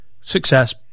success